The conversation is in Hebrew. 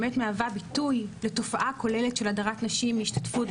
באמת מהווה ביטוי לתופעה כוללת של הדרת נשים מהשתתפות,